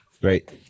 great